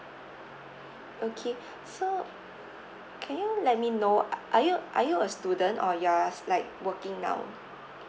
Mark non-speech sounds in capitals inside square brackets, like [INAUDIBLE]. okay so can you let me know [NOISE] are you are you a student or you are s~ like working now